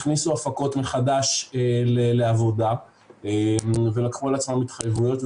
הכניסו הפקות מחדש לעבודה ולקחו על עצמם התחייבויות,